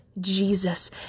Jesus